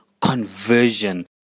conversion